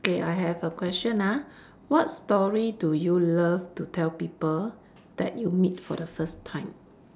okay I have a question ah what story do you love to tell people that you meet for the first time